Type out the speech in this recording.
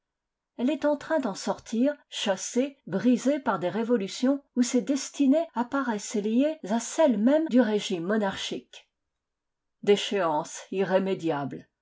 elle est en train d'en sortir chassée brisée par des révolutions où ses destinées apparaissent liées à celles mêmes du régime monarchique déchéance irrémédiable